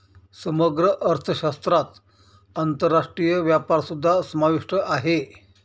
समग्र अर्थशास्त्रात आंतरराष्ट्रीय व्यापारसुद्धा समाविष्ट आहे